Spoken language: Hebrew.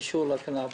אישור לקנאביס,